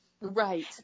Right